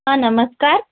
हां नमस्कार